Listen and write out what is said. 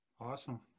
Awesome